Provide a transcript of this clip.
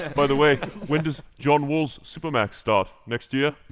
and by the way, when does john wall's supermax start? next year?